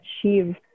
achieve